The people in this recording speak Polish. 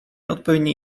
odpowiednie